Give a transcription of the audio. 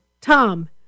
Tom